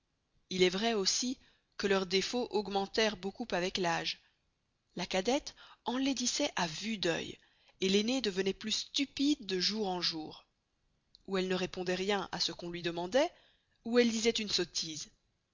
il est vray aussi que leurs défauts augmenterent beaucoup avec l'âge la cadette enlaidissoit à veuë d'œil et l'aisnée devenoit plus stupide de jour en jour ou elle ne répondoit rien à ce qu'on lui demandoit ou elle disoit une sottise